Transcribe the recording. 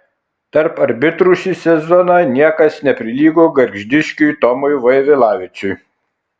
tarp arbitrų šį sezoną niekas neprilygo gargždiškiui tomui vaivilavičiui